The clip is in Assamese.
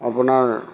আপোনাৰ